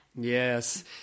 Yes